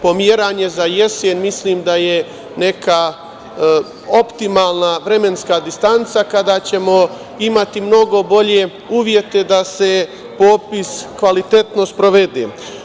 Pomeranje za jesen mislim da je neka optimalna vremenska distanca kada ćemo imati mnogo bolje uslove da se popis kvalitetno sprovede.